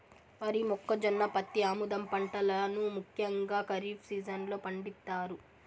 వరి, మొక్కజొన్న, పత్తి, ఆముదం పంటలను ముఖ్యంగా ఖరీఫ్ సీజన్ లో పండిత్తారు